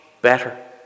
better